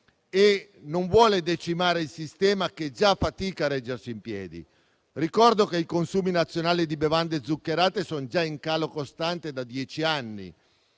e non vuole decimare il sistema che già fatica a reggersi in piedi. Ricordo che i consumi nazionali di bevande zuccherate son già in calo costante da dieci anni.